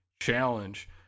challenge